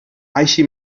així